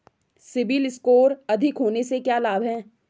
CIBIL score अधिक होने से क्या लाभ हैं?